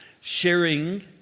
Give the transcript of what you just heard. sharing